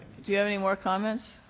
do you have any more comments?